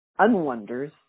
unwonders